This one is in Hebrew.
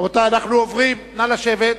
רבותי חברי הכנסת, נא לשבת.